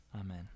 Amen